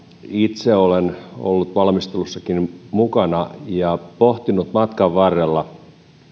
itse olen ollut valmistelussakin mukana ja pohtinut matkan varrella